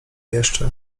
jeszcze